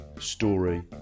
story